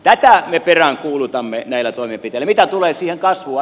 tätä me peräänkuulutamme näillä toimenpiteillä